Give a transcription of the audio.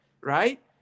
right